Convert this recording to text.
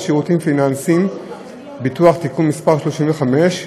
שירותים פיננסיים (ביטוח) (תיקון מס' 35)